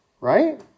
right